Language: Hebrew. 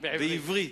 בעברית.